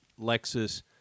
Lexus